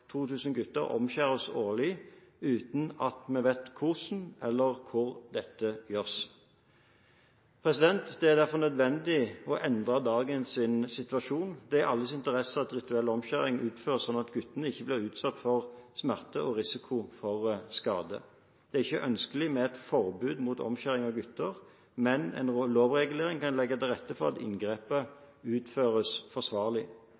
årlig uten at vi vet hvordan eller hvor dette gjøres. Det er derfor nødvendig å endre dagens situasjon. Det er i alles interesse at rituell omskjæring utføres slik at guttene ikke blir utsatt for smerte og risiko for skade. Det er ikke ønskelig med et forbud mot omskjæring av gutter, men en lovregulering kan legge til rette for at inngrepet utføres forsvarlig.